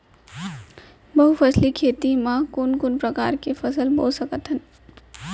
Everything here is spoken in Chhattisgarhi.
बहुफसली खेती मा कोन कोन प्रकार के फसल बो सकत हन?